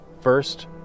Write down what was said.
First